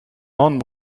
non